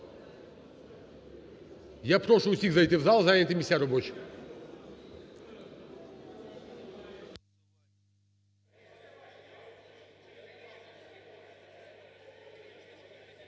Я прошу всіх зайти в зал і зайняти місця робочі.